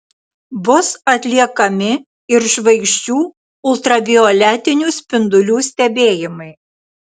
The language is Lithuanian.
bus atliekami ir žvaigždžių ultravioletinių spindulių stebėjimai